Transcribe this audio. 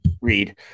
read